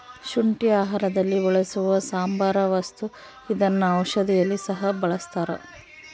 ಶುಂಠಿ ಆಹಾರದಲ್ಲಿ ಬಳಸುವ ಸಾಂಬಾರ ವಸ್ತು ಇದನ್ನ ಔಷಧಿಯಲ್ಲಿ ಸಹ ಬಳಸ್ತಾರ